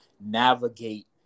navigate